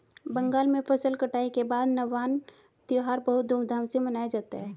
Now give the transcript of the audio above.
बंगाल में फसल कटाई के बाद नवान्न त्यौहार बहुत धूमधाम से मनाया जाता है